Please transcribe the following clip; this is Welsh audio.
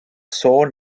sôn